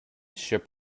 ship